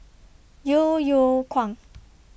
Yeo Yeow Kwang